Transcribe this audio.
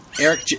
Eric